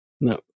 no